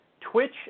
Twitch